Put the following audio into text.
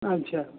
अच्छा